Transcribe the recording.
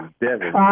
Devin